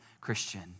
Christian